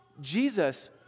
Jesus